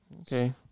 Okay